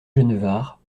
genevard